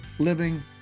living